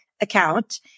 account